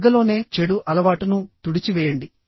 మొగ్గలోనే చెడు అలవాటును తుడిచివేయండి